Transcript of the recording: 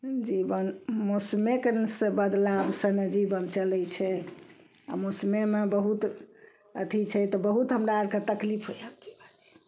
जीवन मौसमेके नऽ बदलाबसँ जीवन चलय छै आओर मौसमेमे बहुत अथी छै तऽ बहुत हमरा अरके तकलीफ होइए